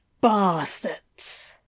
Bastards